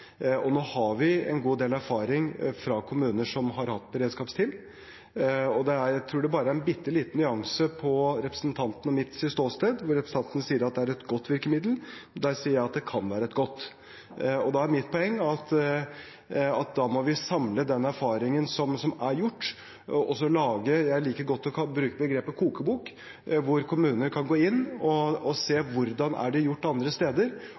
og nå har vi en god del erfaring fra kommuner som har hatt beredskapsteam. Jeg tror det bare er en bitte liten nyanseforskjell mellom representantens og mitt ståsted, der representanten sier at det er et godt virkemiddel, mens jeg sier at det kan være et godt virkemiddel. Mitt poeng er at vi må samle den erfaringen som er gjort, og så lage en «kokebok» – jeg liker godt å bruke det begrepet – hvor kommunene kan gå inn og se hvordan det er gjort andre steder,